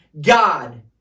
God